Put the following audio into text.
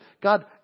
God